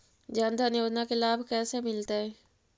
जन धान योजना के लाभ कैसे मिलतै?